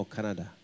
Canada